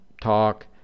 talk